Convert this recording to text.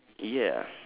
ya